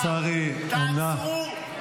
תעצרו,